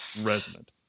resonant